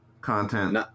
Content